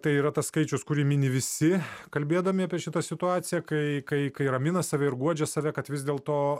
tai yra tas skaičius kurį mini visi kalbėdami apie šitą situaciją kai kai kai ramina save ir guodžia save kad vis dėl to